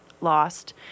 lost